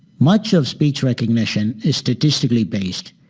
much of speech recognition is statistically based.